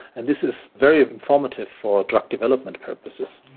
and this is very informative for drug development purposes.